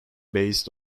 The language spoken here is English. based